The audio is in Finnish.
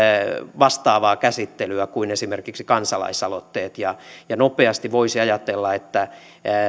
vastaavaa käsittelyä kuin esimerkiksi kansalaisaloitteet vaikka nopeasti voisi ajatella että